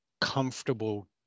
comfortable